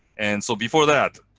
and so before that,